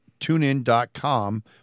tunein.com